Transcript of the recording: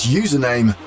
username